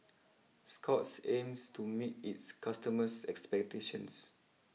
Scott's aims to meet its customers expectations